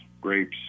grapes